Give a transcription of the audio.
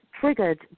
triggered